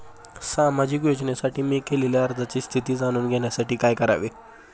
सामाजिक योजनेसाठी मी केलेल्या अर्जाची स्थिती जाणून घेण्यासाठी काय करावे?